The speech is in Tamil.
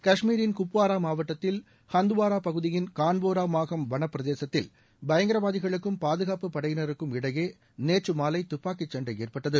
கஷ்மீரின் குப்வாரா மாவட்டத்தில் ஹந்துவாரா பகுதியின் கான்போரா மாகம் வன பிரதேசத்தில் பயங்கரவாதிகளுக்கும் பாதுகாப்பு படையினருக்கும் இடையே நேற்றுமாலை துப்பாக்கிச் சண்டை ஏற்பட்டது